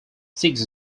six